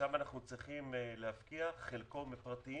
ששם אנחנו צריכים להפקיע, חלקו מפרטיים